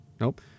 Nope